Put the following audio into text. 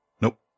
Nope